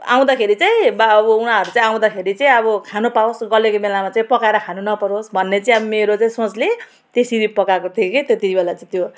आउँदाखेरि चाहिँ बा अब उहाँहरू चाहिँ आउँदाखेरि चाहिँ अब खान पाओस् गलेको बेलामा चाहिँ पकाएर खानु नपरोस् भन्ने चाहिँ अब मेरो चाहिँ सोचले त्यसरी पकाएको थिएँ के त्यत्ति बेला चाहिँ त्यो